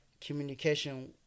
communication